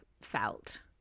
felt